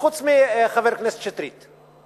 חוץ מחבר הכנסת שטרית,